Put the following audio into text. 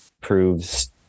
proves